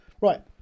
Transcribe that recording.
Right